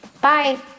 bye